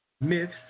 myths